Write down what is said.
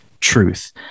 truth